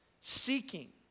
seeking